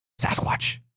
Sasquatch